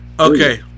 okay